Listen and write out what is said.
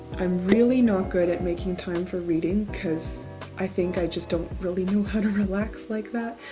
i'm really not good at making time for reading, because i think i just don't really know how to relax like that.